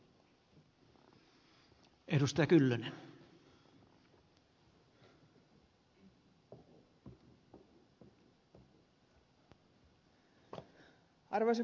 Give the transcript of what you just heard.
arvoisa puhemies